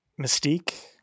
mystique